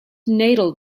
natal